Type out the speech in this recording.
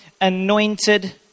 anointed